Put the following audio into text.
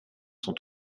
sont